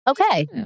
Okay